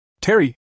Terry